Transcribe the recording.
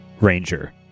ranger